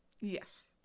Yes